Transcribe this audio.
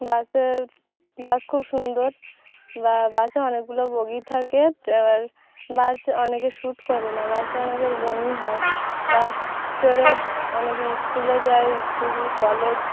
বাসে বাস খুব সুন্দর বা বাসে অনেকগুলো বগি থাকে আর বাস অনেকের স্যুট করে না বাসে অনেকের বমি হয় বাস চড়ে অনেকে ইস্কুলে যায় ইস্কুল কলেজ